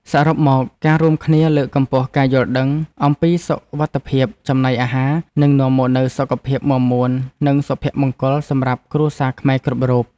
សរុបមក ការរួមគ្នាលើកកម្ពស់ការយល់ដឹងអំពីសុវត្ថិភាពចំណីអាហារនឹងនាំមកនូវសុខភាពមាំមួននិងសុភមង្គលសម្រាប់គ្រួសារខ្មែរគ្រប់រូប។